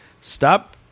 stop